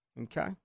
Okay